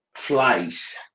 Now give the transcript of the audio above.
flies